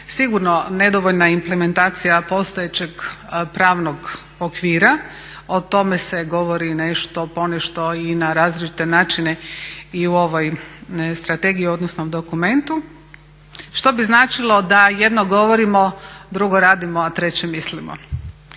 Sigurno nedovoljna implementacija postojećeg pravnog okvira. O tome se govori ponešto i na različite načine i u ovoj strategiji odnosno dokumentu, što bi značilo da jedno govorimo, drugo radimo, a treće mislimo.